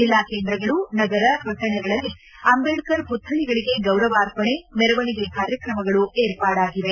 ಜಿಲ್ಲಾ ಕೇಂದ್ರಗಳು ನಗರ ಪಟ್ಟಣಗಳಲ್ಲಿ ಅಂಬೇಡ್ಕರ್ ಮತ್ತಳಿಗಳಿಗೆ ಗೌರವಾರ್ಪಣೆ ಮೆರವಣಿಗೆ ಕಾರ್ಯಕ್ರಮಗಳು ಏರ್ಪಾಡಾಗಿವೆ